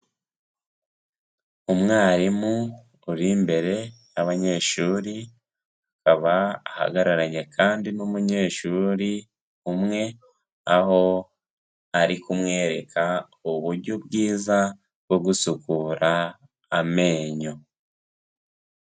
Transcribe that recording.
Umwarimu uri imbere y'abanyeshuri, akaba ahagararanye kandi n'umunyeshuri umwe, aho ari kumwereka uburyo bwiza, bwo gusukura amenyo.